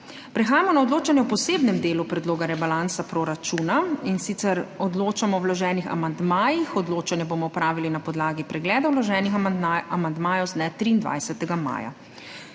Prehajamo na odločanje o posebnem delu Predloga rebalansa Proračuna, in sicer odločamo o vloženih amandmajih. Odločanje bomo opravili na podlagi pregleda vloženih amandmajev z dne 23. maja.